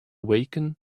awaken